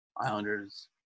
Islanders